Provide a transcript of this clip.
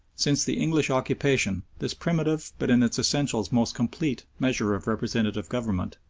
since the english occupation this primitive, but in its essentials most complete, measure of representative government,